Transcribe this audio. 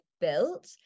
built